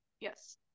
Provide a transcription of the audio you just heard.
yes